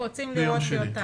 ביום שני רוצים לראות טיוטה.